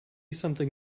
something